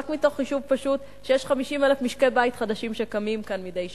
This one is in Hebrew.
רק מתוך החישוב הפשוט שיש 50,000 משקי-בית חדשים שקמים כאן מדי שנה.